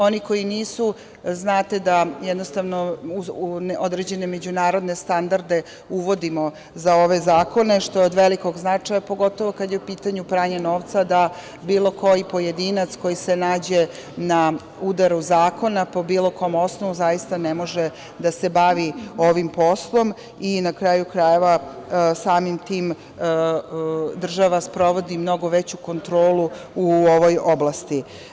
Oni koji nisu, znate da jednostavno određene međunarodne standarde uvodimo za ove zakone, što je od velikog značaja, pogotovo kada je u pitanju pranje novca, da bilo koji pojedinac koji se nađe na udaru zakona, po bilo kom osnovu, zaista ne može da se bavi ovim poslom i, na kraju krajeva, samim tim, država sprovodi mnogo veću kontrolu u ovoj oblasti.